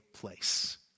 place